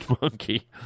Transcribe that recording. monkey